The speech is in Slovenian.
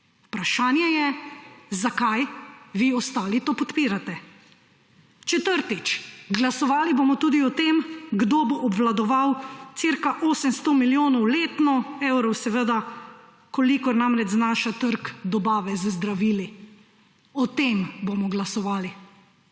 Vprašanje je, zakaj vi ostali to podpirate. Četrtič, glasovali bomo tudi o tem, kdo bo obvladoval cirka 800 milijonov evrov letno, kolikor znaša trg dobave z zdravili. O tem bomo glasovali.